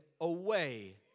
away